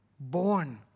born